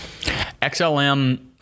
xlm